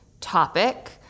topic